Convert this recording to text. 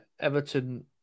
Everton